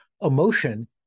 Emotion